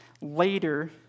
later